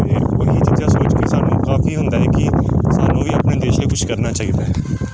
ਇਹ ਚੀਜ਼ਾਂ ਸੋਚ ਕੇ ਸਾਨੂੰ ਕਾਫੀ ਹੁੰਦਾ ਕਿ ਸਾਨੂੰ ਵੀ ਆਪਣੇ ਦੇਸ਼ ਲਈ ਕੁਛ ਕਰਨਾ ਚਾਹੀਦਾ